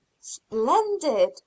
Splendid